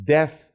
Death